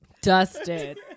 Dusted